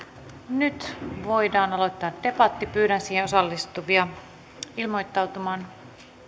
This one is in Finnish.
nyt voidaan aloittaa debatti pyydän siihen osallistuvia ilmoittautumaan